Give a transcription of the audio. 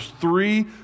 three